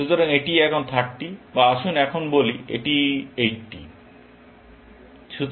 সুতরাং এটি এখন 30 বা আসুন এখন বলি এটি 80